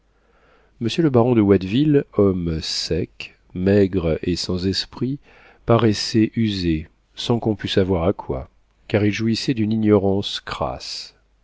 monsieur le baron de watteville homme sec maigre et sans esprit paraissait usé sans qu'on pût savoir à quoi car il jouissait d'une ignorance